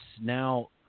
now